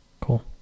cool